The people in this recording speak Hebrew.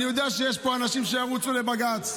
אני יודע שיש פה אנשים שירוצו לבג"ץ.